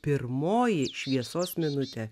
pirmoji šviesos minutė